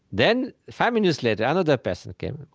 then five minutes later, another person came,